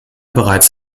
bereits